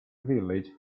village